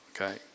Okay